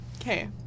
Okay